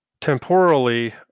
temporally